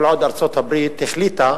כל עוד ארצות-הברית החליטה